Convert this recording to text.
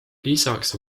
lisaks